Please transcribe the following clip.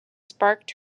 sparked